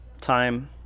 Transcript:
time